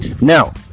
Now